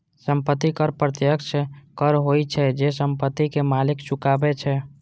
संपत्ति कर प्रत्यक्ष कर होइ छै, जे संपत्ति के मालिक चुकाबै छै